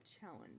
challenge